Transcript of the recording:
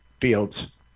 Fields